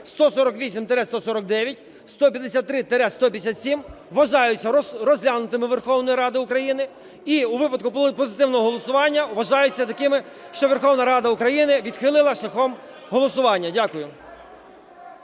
148-149, 153-157 вважаються розглянутими Верховною Радою України і у випадку позитивного голосування вважаються такими, що Верховна Рада України відхилила шляхом голосування. Дякую.